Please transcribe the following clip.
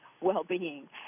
well-being